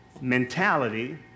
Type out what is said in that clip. mentality